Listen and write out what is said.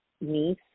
niece